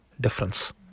difference